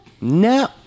no